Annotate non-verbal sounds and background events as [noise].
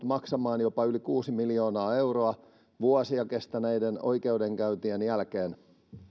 [unintelligible] maksamaan jopa yli kuusi miljoonaa euroa vuosia kestäneiden oikeudenkäyntien jälkeen